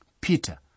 Peter